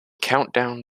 countdown